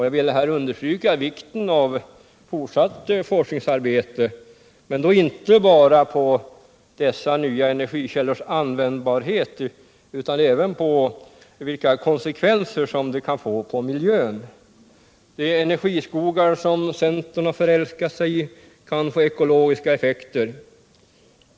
Jag vill här understryka vikten av fortsatt forskningsarbete — men då inte bara på dessa nya energikällors användbarhet utan även på vilka konsekvenser de kan få på miljön. De energiskogar som centern har förälskat sig i kan få ekologiska effekter.